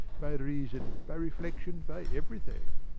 by reason, by reflection, by everything!